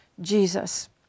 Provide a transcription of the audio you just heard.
jesus